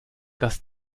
dass